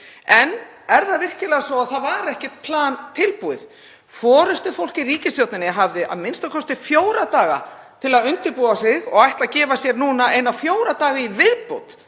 En er það virkilega svo að það var ekkert plan tilbúið? Forystufólk í ríkisstjórninni hafði a.m.k. fjóra daga til að undirbúa sig og ætlar að gefa sér núna eina fjóra daga í viðbót.